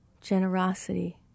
generosity